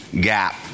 gap